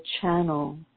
channel